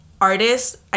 artist